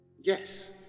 Yes